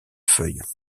feuilles